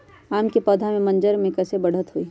आम क पौधा म मजर म कैसे बढ़त होई?